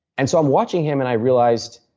and so i am watching him and i realized,